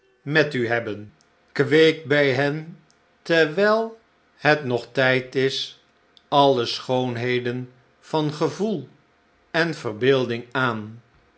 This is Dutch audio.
met u hebben kweekt bij hen terwijl het nog tijd is alle schoonheden van gevoel en verbeelding aan